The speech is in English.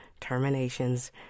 terminations